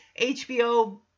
HBO